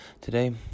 Today